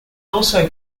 also